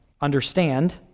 understand